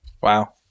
Wow